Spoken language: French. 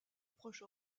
proche